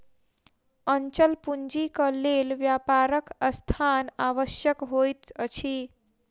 अचल पूंजीक लेल व्यापारक स्थान आवश्यक होइत अछि